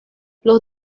los